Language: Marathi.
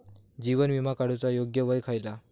जीवन विमा काडूचा योग्य वय खयला?